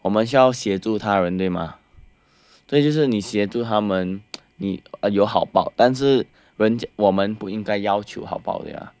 我们需要协助他人对吗所以你就是协助他们你有好报但是人我们不应该要求好报对吗